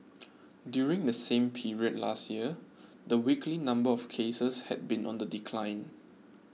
during the same period last year the weekly number of cases had been on the decline